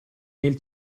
nel